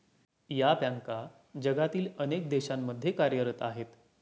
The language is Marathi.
या बँका जगातील अनेक देशांमध्ये कार्यरत आहेत